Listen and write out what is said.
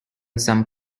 some